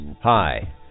Hi